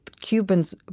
Cubans